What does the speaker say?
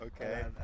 Okay